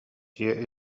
дьиэ